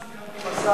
סיכמתי עם השר.